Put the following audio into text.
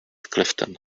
clifton